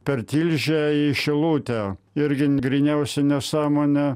per tilžę į šilutę irgi gryniausia nesąmonė